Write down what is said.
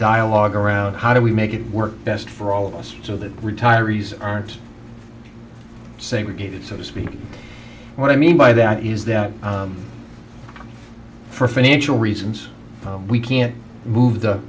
dialogue around how do we make it work best for all of us so that retirees aren't saved so to speak what i mean by that is that for financial reasons we can't move the